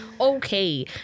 Okay